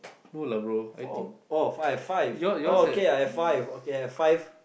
no lah bro I think your yours have